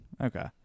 Okay